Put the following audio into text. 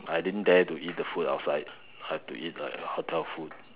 I didn't dare to eat the food outside I had to eat like hotel food